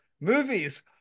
movies